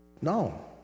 No